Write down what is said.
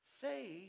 faith